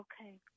Okay